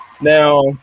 now